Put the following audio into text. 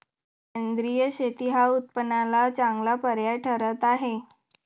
सेंद्रिय शेती हा उत्पन्नाला चांगला पर्याय ठरत आहे